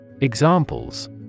Examples